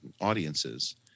audiences